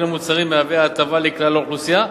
על מוצרים מהווה הטבה לכלל האוכלוסייה,